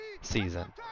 season